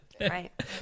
Right